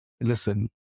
listen